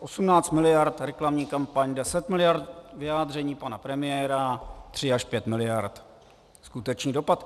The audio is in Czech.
18 miliard reklamní kampaň, 10 miliard vyjádření pana premiéra, 3 až 5 miliard skutečný dopad.